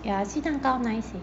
ya 鸡蛋糕 nice eh